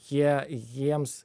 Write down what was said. jie jiems